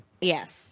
Yes